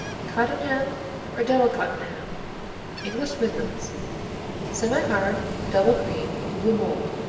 cottenham or double cottenham english midlands semihard double cream blue mold.